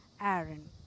Aaron